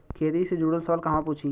खेती से जुड़ल सवाल कहवा पूछी?